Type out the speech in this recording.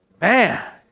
Man